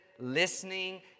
listening